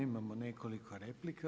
Imamo nekoliko replika.